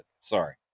Sorry